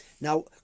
now